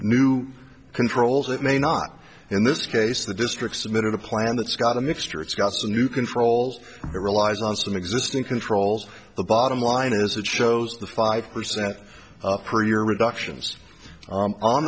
new controls it may not in this case the district submitted a plan that's got a mixture it's got some new controls it relies on some existing controls the bottom line is it shows the five percent per year reductions